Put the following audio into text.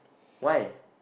why